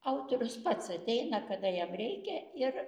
autorius pats ateina kada jam reikia ir